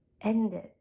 ended